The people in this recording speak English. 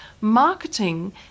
marketing